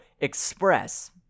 Express